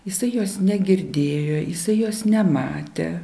jisai jos negirdėjo jisai jos nematė